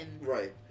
Right